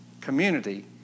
Community